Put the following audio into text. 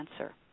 answer